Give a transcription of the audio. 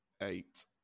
eight